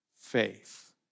faith